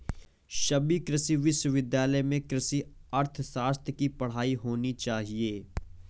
सभी कृषि विश्वविद्यालय में कृषि अर्थशास्त्र की पढ़ाई होनी चाहिए